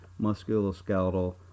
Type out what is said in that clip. musculoskeletal